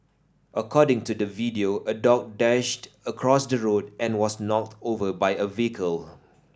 according to the video a dog dashed across the road and was knocked over by a vehicle